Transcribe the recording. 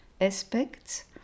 aspects